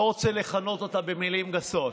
אני לא רוצה לכנות אותה במילים גסות.